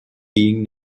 being